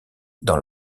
dans